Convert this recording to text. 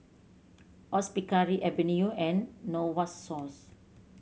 Hospicare Avene and Novosource